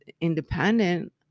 independent